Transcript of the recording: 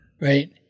right